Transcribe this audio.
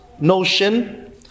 notion